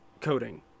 coding